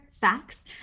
facts